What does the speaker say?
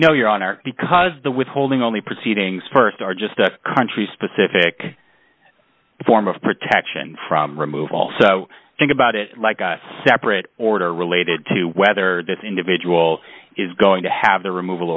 you know your honor because the withholding on the proceedings st are just a country specific form of protection from remove also think about it like a separate order related to whether this individual is going to have the removal